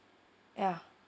yeah